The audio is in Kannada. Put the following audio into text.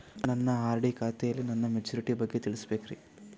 ನನ್ನ ಆರ್.ಡಿ ಖಾತೆಯಲ್ಲಿ ನನ್ನ ಮೆಚುರಿಟಿ ಬಗ್ಗೆ ತಿಳಿಬೇಕ್ರಿ